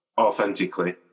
authentically